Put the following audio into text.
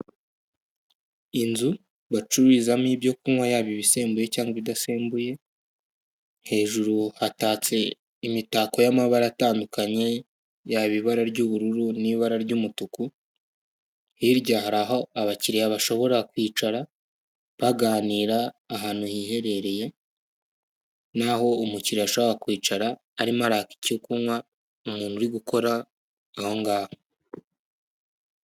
Inzu bacururizamo ibyo kunywa yaba ibisembuye cyangwa ibidasembuye hejuru hatatse imitako y'amabara atandukanye yaba ibara ry'ubururu n'ibara ry'umutuku, hirya hari aho abakiriya bashobora kwicara baganira ahantu hiherereye n'aho umukiriya ashobora kwicara arimo araka icyo kunywa umuntu uri gukora aho ngaho.